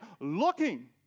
looking